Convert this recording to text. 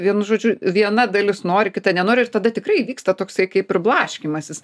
vienu žodžiu viena dalis nori kita nenori ir tada tikrai vyksta toksai kaip ir blaškymasis